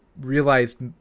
realized